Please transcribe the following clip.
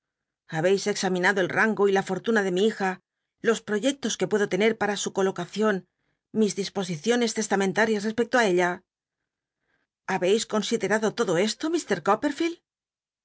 examinado el rango y la fortuna de mi hija los proyectos que puedo tener para su colocacion mis disposiciones testamentarias respecto á ella ha beis eonsidetado lodo esto